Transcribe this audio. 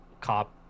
Cop